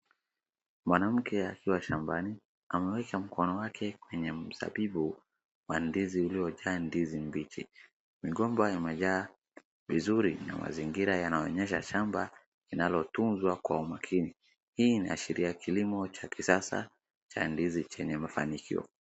Mwanamke akiwa shambani ameweka mkono wake kwenye mzabibu wa ndizi uliojaa ndizi mbichi mgomba imejaa vizuri na mazingira yanaonyesha shamba inayotunzwa kwa umakini hii inaashiria kilimo cha kisasa cha ndizi chenye mafanikio.